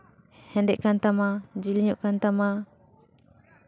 ᱦᱮᱸᱫᱮᱜ ᱠᱟᱱ ᱛᱟᱢᱟ ᱡᱮᱞᱮᱧᱚᱜ ᱠᱟᱱ ᱛᱟᱢᱟ